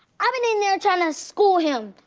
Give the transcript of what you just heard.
i've been in there trying to school him.